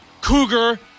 cougar